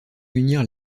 munir